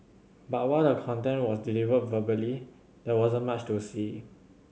but while the content was delivered verbally there wasn't much to see